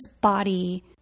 Body